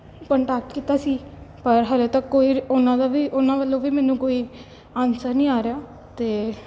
contact ਕੀਤਾ ਸੀ ਪਰ ਹਜੇ ਤੱਕ ਕੋਈ ਉਹਨਾਂ ਦਾ ਵੀ ਉਹਨਾਂ ਵੱਲੋਂ ਵੀ ਮੈਨੂੰ ਕੋਈ ਆਨਸਰ ਨਹੀਂ ਆ ਰਿਹਾ ਅਤੇ